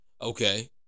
Okay